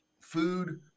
food